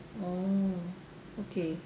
oh okay